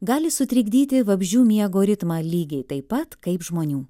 gali sutrikdyti vabzdžių miego ritmą lygiai taip pat kaip žmonių